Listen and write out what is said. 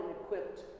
equipped